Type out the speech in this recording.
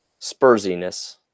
Spursiness